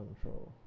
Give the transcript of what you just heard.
control